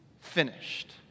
finished